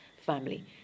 family